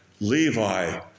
Levi